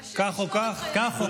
כך או כך, השם ישמור את חיילינו.